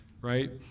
right